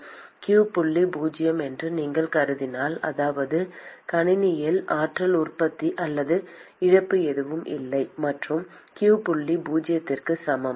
q புள்ளி பூஜ்ஜியம் என்று நீங்கள் கருதினால் அதாவது கணினியில் ஆற்றல் உற்பத்தி அல்லது இழப்பு எதுவும் இல்லை மற்றும் q புள்ளி பூஜ்ஜியத்திற்கு சமம்